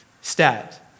Stat